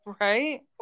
right